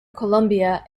colombia